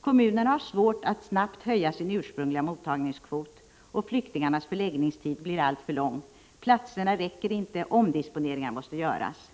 Kommunerna har svårt att snabbt höja sin ursprungliga mottagningskvot, och flyktingarnas förläggningstid blir alltför lång. Platserna räcker inte och omdisponeringar måste göras.